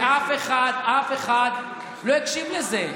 ואף אחד לא הקשיב לזה.